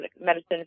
medicine